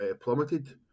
plummeted